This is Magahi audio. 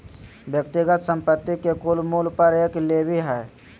व्यक्तिगत संपत्ति के कुल मूल्य पर एक लेवी हइ